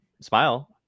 smile